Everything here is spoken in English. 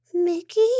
Mickey